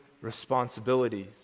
responsibilities